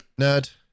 Nerd